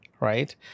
Right